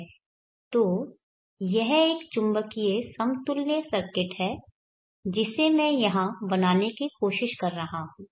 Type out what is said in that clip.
तो यह एक चुंबकीय समतुल्य सर्किट है जिसे मैं यहां बनाने की कोशिश कर रहा हूं